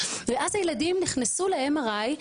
ואז הילדים נכנסו ל-MRI,